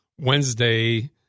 Wednesday